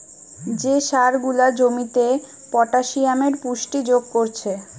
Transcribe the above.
যে সার গুলা জমিতে পটাসিয়ামের পুষ্টি যোগ কোরছে